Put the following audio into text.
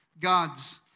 God's